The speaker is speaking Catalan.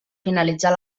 finalitzar